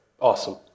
awesome